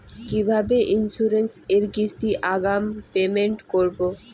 কিভাবে ইন্সুরেন্স এর কিস্তি আগাম পেমেন্ট করবো?